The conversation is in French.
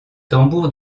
tambours